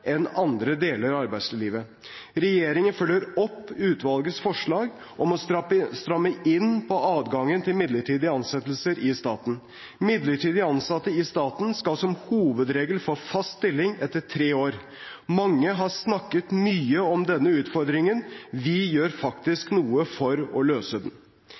enn andre deler av arbeidslivet. Regjeringen følger opp utvalgets forslag om å stramme inn på adgangen til midlertidige ansettelser i staten. Midlertidig ansatte i staten skal som hovedregel få fast stilling etter tre år. Mange har snakket mye om denne utfordringen, vi gjør faktisk noe for å løse den.